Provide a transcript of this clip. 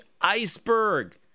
iceberg